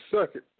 second